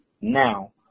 now